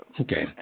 Okay